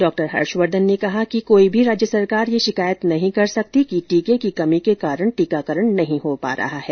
डॉ हर्षवर्धन ने कहा कि कोई भी राज्य सरकार यह शिकायत नहीं कर सकती कि टीके की कमी के कारण टीकाकरण नहीं हो पा रहा है